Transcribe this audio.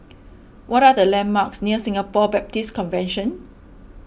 what are the landmarks near Singapore Baptist Convention